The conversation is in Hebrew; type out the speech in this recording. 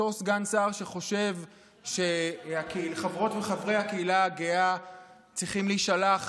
אותו סגן שר שחושב שחברות וחברי הקהילה הגאה צריכים להישלח